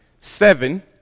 seven